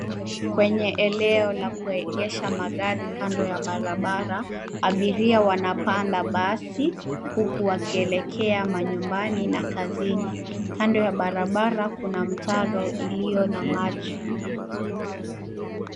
Kwenye eneo la kuegesha magari kando ya barabara, abiria wanapanda basi huku wakielekea manyumbani na kazini. Kando ya barabara kuna mtaro iliyo na maji.